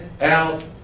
out